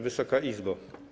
Wysoka Izbo!